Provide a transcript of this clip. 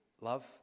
love